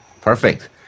Perfect